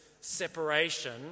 separation